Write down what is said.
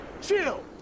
Chill